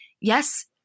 yes